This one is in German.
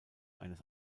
eines